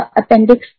appendix